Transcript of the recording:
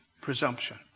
presumption